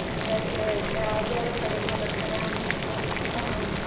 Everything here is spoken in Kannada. ಬೇರೆ ಯಾವ್ದೋ ಯಾವ್ದೋ ಕಡೆಯಿಂದ ಬರ್ತಾರೆ ಆಮೇಲೆ ಇದು